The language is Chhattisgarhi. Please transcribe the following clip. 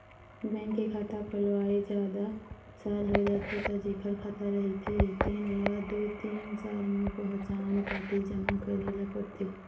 बैंक के खाता खोलवाए जादा साल हो जाथे त जेखर खाता रहिथे तेन ल दू तीन साल म पहचान पाती जमा करे ल परथे